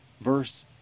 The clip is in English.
verse